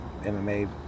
mma